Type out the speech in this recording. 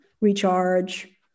recharge